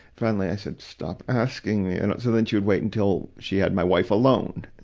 finally, i said, stop asking me. and so then, she would wait until she had my wife alone.